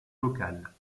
locales